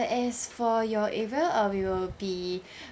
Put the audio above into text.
as for your area uh we will be